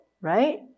right